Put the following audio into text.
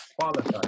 qualify